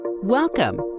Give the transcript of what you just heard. Welcome